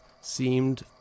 seemed